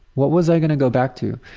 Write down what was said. what was i gonna go back to?